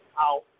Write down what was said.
out